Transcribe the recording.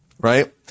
right